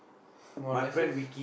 for lessons